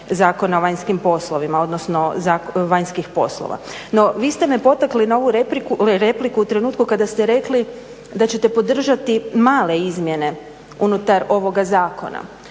Zakona o vanjskim poslovima odnosno vanjskih poslova. No vi ste me potakli na ovu repliku u trenutku kada ste rekli da ćete podržati male izmjene unutar ovoga zakona.